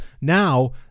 Now